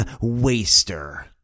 waster